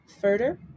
further